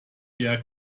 eher